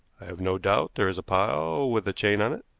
i have no doubt there is a pile with a chain on it,